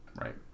right